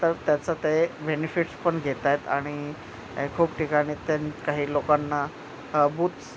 तर त्याचं ते बेनिफिट्सपण घेतात आणि खूप ठिकाणी त्या काही लोकांना बूथ्स